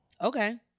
Okay